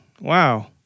wow